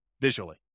visually